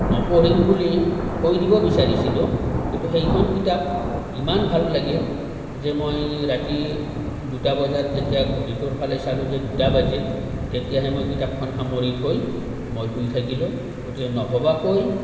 নপঢ়িম বুলি থৈ দিব বিচাৰিছিলোঁ কিন্তু সেইখন কিতাপ ইমান ভাল লাগিল যে মই ৰাতি দুটা বজাত যেতিয়া ঘড়ীটোৰফালে চালো যে দুটা বাজিল তেতিয়াহে মই কিতাপখন সামৰি থৈ মই শুই থাকিলোঁ গতিকে নভবাকৈ